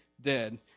dead